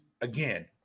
again